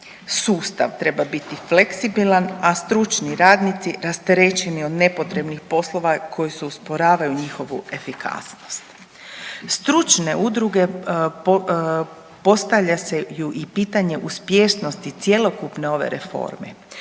Sustav treba biti fleksibilan, a stručni radnici rasterećeni od nepotrebnih poslova koji su usporavali njihovu efikasnost. Stručne udruge postavljaju si i pitanje uspješnosti cjelokupne ove reforme